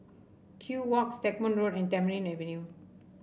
Kew Walk Stagmont Road and Tamarind Avenue